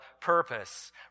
purpose